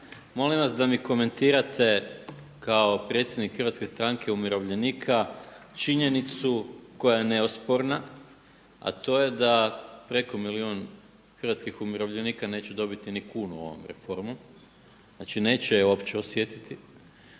Molim vas da mi komentirate kao predsjednik Hrvatske stranke umirovljenika činjenicu koja je neosporna a to je da preko milijun hrvatskih umirovljenika neće dobiti ni kunu ovom reformom, znači neće je uopće osjetiti.